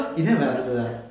you didn't have an answer ah